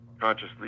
consciously